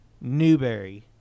Newberry